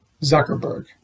Zuckerberg